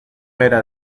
era